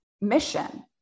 mission